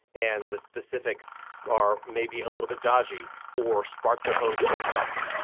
and the specifics are maybe a little bit dodgy or spark their own court fights.